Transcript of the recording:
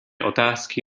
otázky